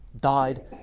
died